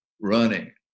running